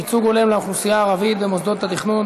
ייצוג הולם לאוכלוסייה הערבית במוסדות התכנון),